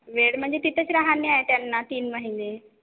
वेळ म्हणजे तिथंच राहणे आहे त्यांना तीन महिने